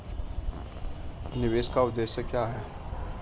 निवेश का उद्देश्य क्या है?